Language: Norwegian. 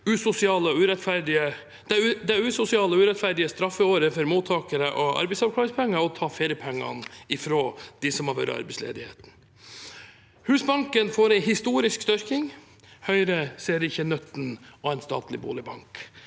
det usosiale og urettferdige straffeåret for mottakere av arbeidsavklaringspenger og ta feriepengene fra dem som har vært arbeidsledig. Husbanken får en historisk styrking. Høyre ser ikke nytten av en statlig boligbank.